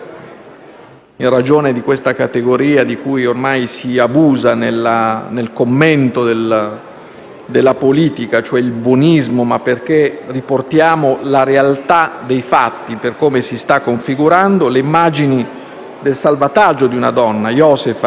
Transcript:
in ragione di una categoria di cui ormai si abusa nel commento della politica, cioè il buonismo, ma perché riportiamo la realtà dei fatti per come si sta configurando - Josefa, da parte della nave